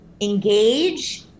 engage